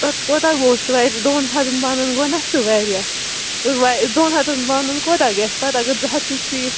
پتہٕ کوتاہ گوٚو سُہ دۅن ہَتن بانن گوٚو نا سُہ وارِیاہ دۅن ہَتن بانن کوتاہ گَژھِ پتہٕ اگر زٕ ہَتھ تہٕ شیٖتھ